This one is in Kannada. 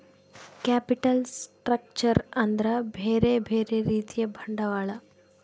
ಕ್ಯಾಪಿಟಲ್ ಸ್ಟ್ರಕ್ಚರ್ ಅಂದ್ರ ಬ್ಯೆರೆ ಬ್ಯೆರೆ ರೀತಿಯ ಬಂಡವಾಳ